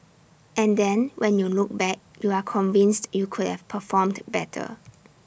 and then when you look back you are convinced you could have performed better